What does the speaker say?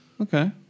okay